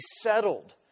settled